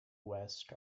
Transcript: west